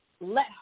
let